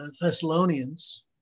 Thessalonians